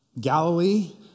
Galilee